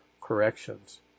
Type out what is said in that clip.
corrections